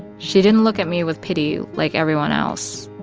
she didn't look at me with pity like everyone else.